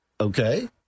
Okay